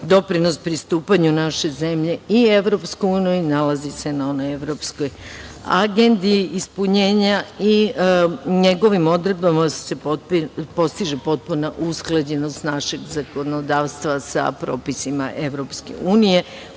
doprinos pristupanju naše zemlje i EU, i nalazi se verovatno na onoj Evropskoj agendi ispunjenja i njegovim odredbama se postiže potpuna usklađenost našeg zakonodavstva sa propisima EU, koji